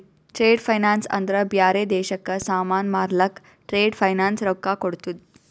trade finance ಅಂದ್ರ ಬ್ಯಾರೆ ದೇಶಕ್ಕ ಸಾಮಾನ್ ಮಾರ್ಲಕ್ ಟ್ರೇಡ್ ಫೈನಾನ್ಸ್ ರೊಕ್ಕಾ ಕೋಡ್ತುದ್